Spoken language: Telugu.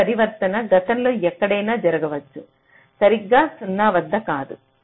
ఈ పరివర్తన గతంలో ఎక్కడైనా జరగవచ్చు సరిగ్గా 0 వద్ద కాదు